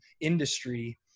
industry